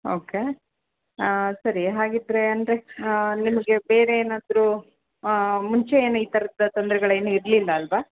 okay ಹಾಂ ಸರಿ ಹಾಗಿದ್ದರೆ ಅಂದರೆ ನಿಮಗೆ ಬೇರೆ ಏನಾದರೂ ಮುಂಚೆ ಏನು ಈ ಥರದ್ದ ತೊಂದರೆಗಳು ಏನು ಇರಲಿಲ್ಲ ಅಲ್ಲವಾ